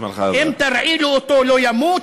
אם תרעילו אותו, לא ימות?